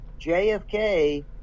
JFK